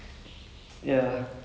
ya